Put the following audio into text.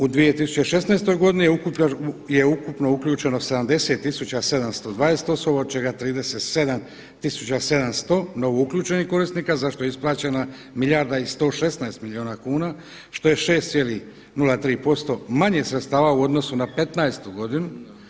U 2016. godini je ukupno uključeno 70720 osoba od čega 37700 novo uključenih korisnika za što je isplaćena milijarda i 116 milijuna kuna što je 6,03% manje sredstava u odnosu na petnaestu godinu.